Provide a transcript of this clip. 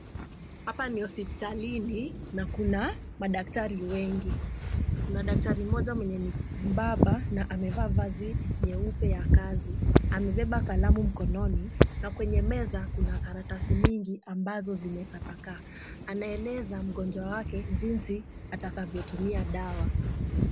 Hapa ni hospitalini na kuna madaktari wengi. Kuna daktari mmoja mwenye ni mbaba na amevaa vazi nyeupe ya kazi. Amebeba kalamu mkononi na kwenye meza kuna karatasi mingi ambazo zimetapakaa. Anaeleza mgonjwa wake jinsi atakavyotumia dawa.